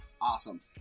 awesome